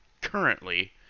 currently